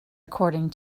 according